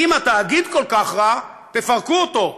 אם התאגיד כל כך רע, תפרקו אותו.